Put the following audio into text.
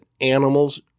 animals